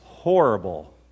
Horrible